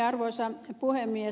arvoisa puhemies